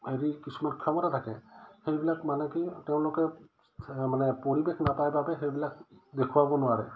হেৰি কিছুমান ক্ষমতা থাকে সেইবিলাক মানে কি তেওঁলোকে মানে পৰিৱেশ নাপায় বাবে সেইবিলাক দেখুৱাব নোৱাৰে